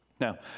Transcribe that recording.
Now